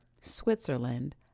Switzerland